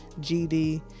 GD